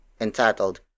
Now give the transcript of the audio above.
entitled